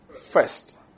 First